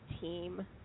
team